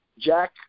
Jack